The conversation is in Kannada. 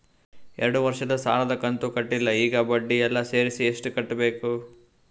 ಎರಡು ವರ್ಷದ ಸಾಲದ ಕಂತು ಕಟ್ಟಿಲ ಈಗ ಬಡ್ಡಿ ಎಲ್ಲಾ ಸೇರಿಸಿ ಎಷ್ಟ ಕಟ್ಟಬೇಕು?